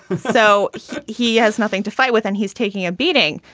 so he has nothing to fight with and he's taking a beating.